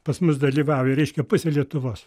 pas mus dalyvauja reiškia pusė lietuvos